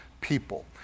people